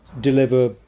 deliver